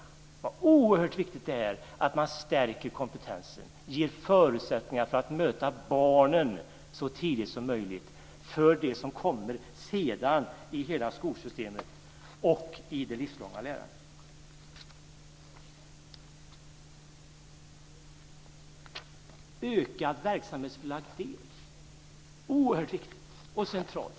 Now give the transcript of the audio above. Det är oerhört viktigt att man stärker kompetensen, ger förutsättningar att möta barnen så tidigt som möjligt och förbereda för det som kommer sedan i hela skolsystemet och i det livslånga lärandet. För det femte inför vi ökad verksamhetsförlagd del, vilket är oerhört viktigt och centralt.